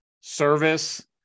service